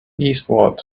eastward